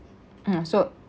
mm so